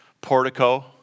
portico